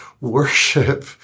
worship